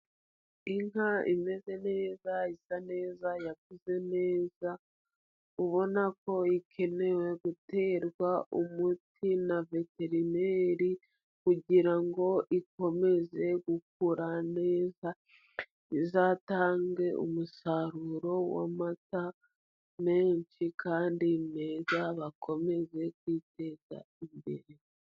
Inka imeze neza, isa neza, yakuze neza, ubona ko ikenewe guterwa umuti na veterineri, kugirango ikomeze gukura neza, izatange umusaruro w'amata menshi, kandi meza bakomeze kwiteza imbere.